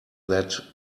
that